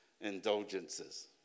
Indulgences